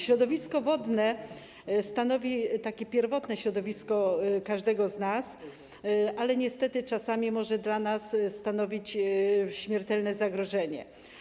Środowisko wodne stanowi takie pierwotne środowisko każdego z nas, ale niestety czasami może stanowić dla nas śmiertelne zagrożenie.